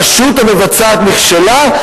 הרשות המבצעת נכשלה,